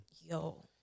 Yo